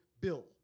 Bill